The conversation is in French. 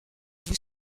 vous